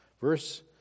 Verse